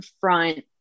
front